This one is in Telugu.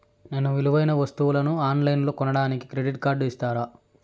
నేను విలువైన వస్తువులను ఆన్ లైన్లో కొనడానికి క్రెడిట్ కార్డు ఇస్తారా?